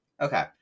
Okay